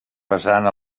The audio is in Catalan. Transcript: vessant